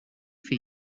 for